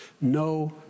No